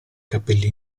capelli